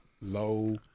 low